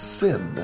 sin